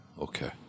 Okay